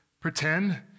pretend